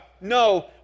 No